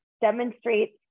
demonstrates